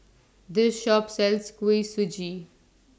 This Shop sells Kuih Suji